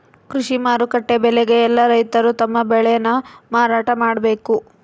ಕೃಷಿ ಮಾರುಕಟ್ಟೆ ಬೆಲೆಗೆ ಯೆಲ್ಲ ರೈತರು ತಮ್ಮ ಬೆಳೆ ನ ಮಾರಾಟ ಮಾಡ್ಬೇಕು